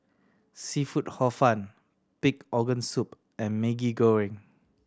seafood Hor Fun pig organ soup and Maggi Goreng